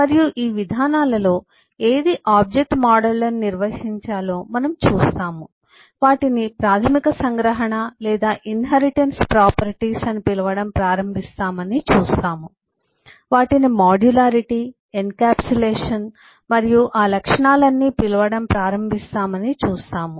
మరియు ఈ విధానాలలో ఏది ఆబ్జెక్ట్ మోడళ్లను నిర్వచించాలో మనం చూస్తాము వాటిని ప్రాథమిక సంగ్రహణ లేదా ఇన్హెరిటెన్స్ ప్రాపర్టీస్ అని పిలవడం ప్రారంభిస్తామని చూస్తాము వాటిని మాడ్యులారిటీ ఎన్క్యాప్సులేషన్ మరియు ఆ లక్షణాలన్నీ పిలవడం ప్రారంభిస్తామని చూస్తాము